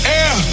air